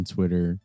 Twitter